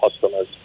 customers